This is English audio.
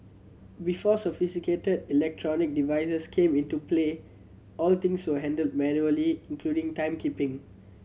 before sophisticated electrical devices came into play all things were handled manually including timekeeping